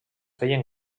feien